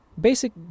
Basic